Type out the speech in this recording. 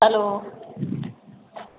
hello